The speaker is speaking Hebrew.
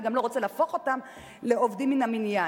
וגם לא רוצה להפוך אותם לעובדים מן המניין.